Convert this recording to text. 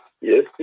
yes